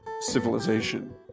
civilization